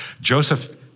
Joseph